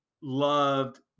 loved